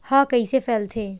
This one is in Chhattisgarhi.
ह कइसे फैलथे?